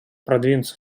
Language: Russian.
продвинуться